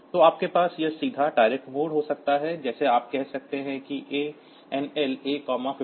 तो आपके पास यह डायरेक्ट मोड हो सकता है जैसे आप कह सकते हैं कि ANL A52h